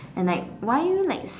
and like why are you like